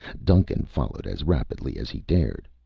duncan followed as rapidly as he dared.